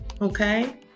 Okay